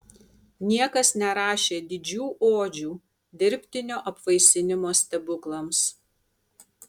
niekas nerašė didžių odžių dirbtinio apvaisinimo stebuklams